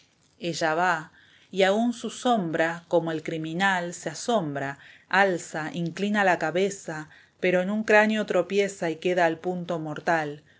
ella va y aun de su sombra como el criminal se asombra alza inclina la cabeza pero en un cráneo tropieza y queda al punto mortal